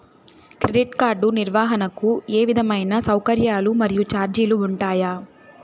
Credit card నిర్వహణకు ఏ విధమైన సౌకర్యాలు మరియు చార్జీలు ఉంటాయా?